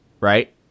right